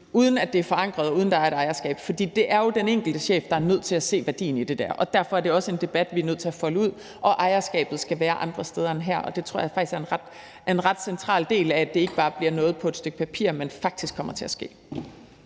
uden at det er forankret, og uden at der er et ejerskab. For det er jo den enkelte chef, der er nødt til at se værdien i det der, og derfor er det også en debat, vi er nødt til at folde ud. Ejerskabet skal være andre steder end her, og det tror jeg faktisk er en ret central del, altså at det ikke bare bliver noget på et stykke papir, men faktisk kommer til at ske.